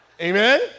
Amen